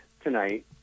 tonight